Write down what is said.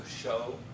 show